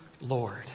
Lord